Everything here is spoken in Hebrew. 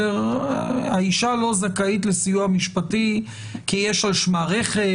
האישה לא זכאית לסיוע משפטי כי יש על שמה רכב,